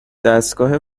دستگاه